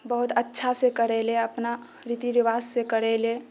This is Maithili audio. बहुत अच्छासँ करैले अपना रीति रिवाजसँ करैले